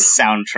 soundtrack